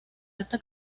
alta